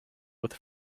with